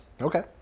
okay